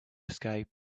escape